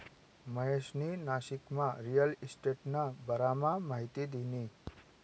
महेशनी नाशिकमा रिअल इशटेटना बारामा माहिती दिनी